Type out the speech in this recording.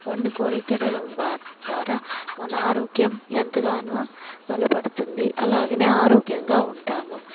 వండుకొని తినడం ద్వా ద్వారా మన ఆరోగ్యం ఎంతగానో బలపడుతుంది అలాగనే ఆరోగ్యంగా ఉంటాము